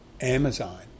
Amazon